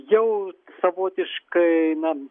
jau savotiškai na